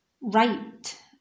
right